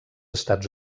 estats